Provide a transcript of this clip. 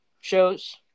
shows